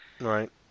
Right